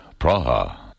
Praha